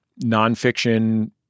nonfiction